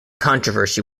controversy